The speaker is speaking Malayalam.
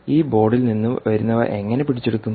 ഈ ബോർഡിൽ നിന്ന് വരുന്നവ എങ്ങനെ പിടിച്ചെടുക്കും